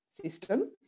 system